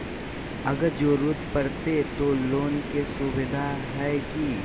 अगर जरूरत परते तो लोन के सुविधा है की?